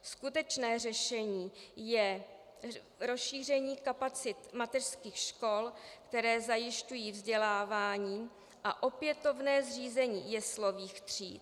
Skutečné řešení je rozšíření kapacit mateřských škol, které zajišťují vzdělávání, a opětovné zřízení jeslových tříd.